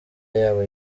yabo